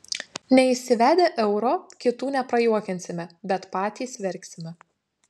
neįsivedę euro kitų neprajuokinsime bet patys verksime